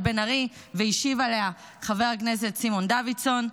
בן ארי והשיב עליה חבר הכנסת סימון דוידסון,